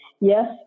Yes